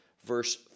verse